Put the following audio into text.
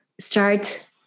start